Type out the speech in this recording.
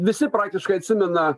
visi praktiškai atsimena